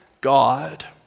God